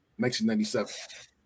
1997